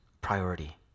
Priority